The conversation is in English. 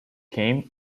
came